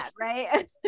right